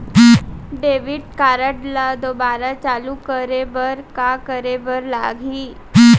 Debit card ला दोबारा चालू करे बर का करे बर लागही?